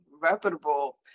reputable